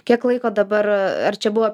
kiek laiko dabar ar čia buvo